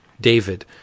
David